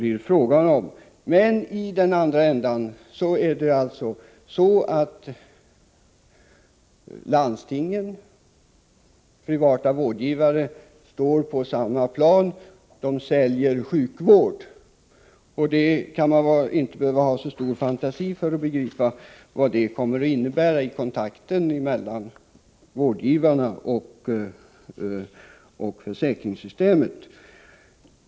I den andra ändan står landstingen och privata vårdgivare på samma plan — de säljer sjukvård. Det kan inte behövas så stor fantasi för att begripa vad det kommer att innebära i kontakten mellan vårdgivarna och försäkringssyste met.